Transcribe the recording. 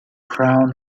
crown